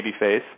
babyface